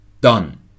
done